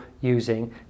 using